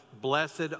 Blessed